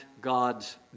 God's